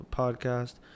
podcast